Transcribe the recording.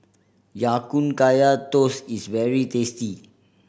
Ya Kun Kaya Toast is very tasty